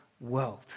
world